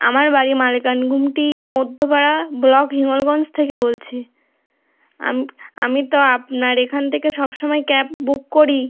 আমার বাড়ি মানিকান ঘুমটি মধ্যপাড়া ব্লক হিঙ্গলগঞ্জ থেকে বলছি আমি তো আপনার এখান থেকে সব সময় ক্যাব বুক করি